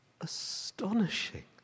astonishing